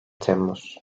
temmuz